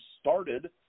started